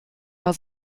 war